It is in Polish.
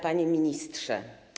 Panie Ministrze!